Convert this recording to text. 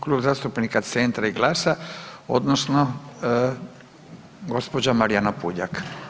Klub zastupnika Centra i GLAS-a odnosno gđa. Marijana Puljak.